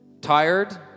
Tired